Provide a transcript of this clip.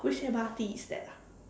which M_R_T is that ah